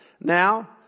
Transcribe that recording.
Now